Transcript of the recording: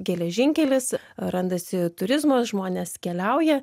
geležinkelis randasi turizmas žmonės keliauja